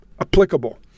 applicable